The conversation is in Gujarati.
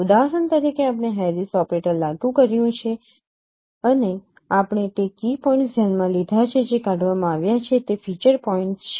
ઉદાહરણ તરીકે આપણે હેરિસ ઓપરેટર લાગુ કર્યું છે અને આપણે તે કી પોઇન્ટ્સ ધ્યાનમાં લીધા છે જે કાઢવામાં આવ્યા છે તે ફીચર પોઇન્ટ્સ છે